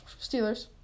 Steelers